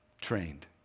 trained